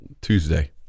Tuesday